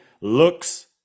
looks